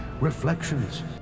Reflections